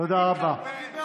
תודה רבה.